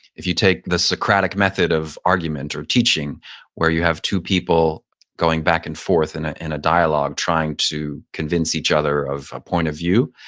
if you take the socratic method of argument or teaching where you have two people going back and forth in ah in a dialogue trying to convince each other of a point of view,